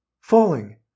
Falling